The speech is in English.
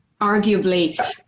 arguably